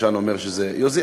הפרשן אומר שזה יוזיל.